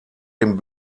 dem